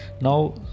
now